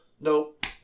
nope